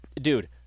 dude